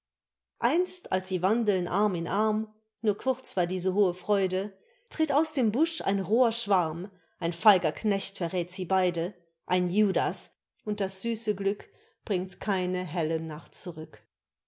einst als sie wandeln arm in arm nur kurz war diese hohe freude tritt aus dem busch ein roher schwarm ein feiger knecht verräth sie beide ein judas und das süße glück bringt keine helle nacht zurück